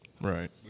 Right